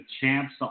champs